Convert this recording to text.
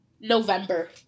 November